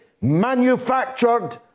manufactured